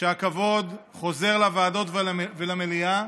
שהכבוד חוזר לוועדות ולמליאה,